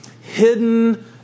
hidden